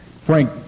Frank